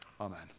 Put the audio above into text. Amen